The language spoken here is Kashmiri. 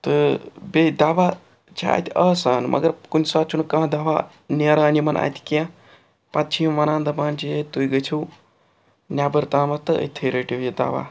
تہٕ بیٚیہِ دَوا چھِ اَتہِ آسان مگر کُنہِ ساتہٕ چھُنہٕ کانٛہہ دَوا نیران یِمَن اَتہِ کیٚنٛہہ پَتہٕ چھِ یِم وَنان دَپان چھِ ہے تُہۍ گٔژھِو نٮ۪بر تامَتھ تہٕ أتھی رٔٹِو یہِ دَوا